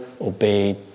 obeyed